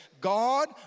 God